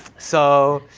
so.